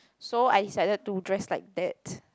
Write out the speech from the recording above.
so I decided to dress like that